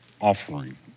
offering